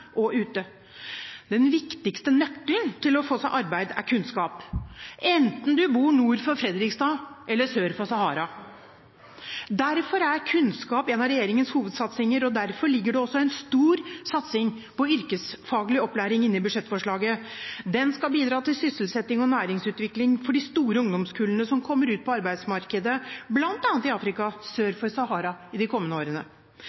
og ute. Den viktigste nøkkelen til å få seg arbeid er kunnskap, enten du bor nord for Fredrikstad eller sør for Sahara. Derfor er kunnskap en av regjeringens hovedsatsinger, og derfor ligger det også en stor satsing på yrkesfaglig opplæring inne i budsjettforslaget. Den skal bidra til sysselsetting og næringsutvikling for de store ungdomskullene som kommer ut på arbeidsmarkedet bl.a. i Afrika sør for Sahara de kommende årene.